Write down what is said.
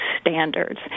standards